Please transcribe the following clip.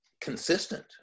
consistent